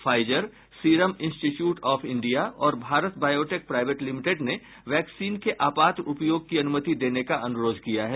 Pfizer Serum Institute of India और Bharat Biotech Private Limited ने vaccine के आपात उपयोग की अनुमति देने का अनुरोध किया है